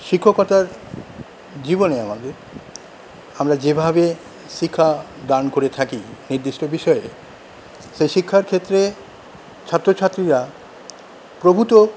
শিক্ষকতার জীবনে আমাদের আমরা যেভাবে শিক্ষা দান করে থাকি নির্দিষ্ট বিষয়ে সে শিক্ষার ক্ষেত্রে ছাত্র ছাত্রীরা প্রভূত